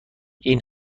این